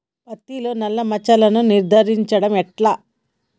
పత్తిలో నల్లా మచ్చలను నివారించడం ఎట్లా?